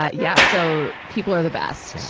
ah yeah, so, people are the best. yeah